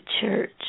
church